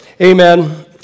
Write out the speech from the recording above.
amen